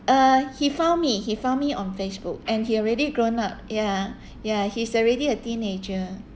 uh he found me he found me on facebook and he already grown up ya ya he's already a teenager